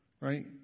right